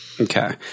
Okay